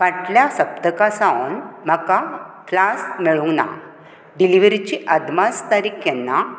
फाटल्या सप्तका सावन म्हाका फ्लास्क मेळूंक ना डिलिव्हरीची अदमास तारीक केन्ना